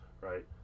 right